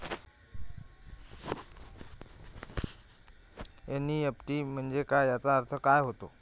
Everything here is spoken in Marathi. एन.ई.एफ.टी म्हंजे काय, त्याचा अर्थ काय होते?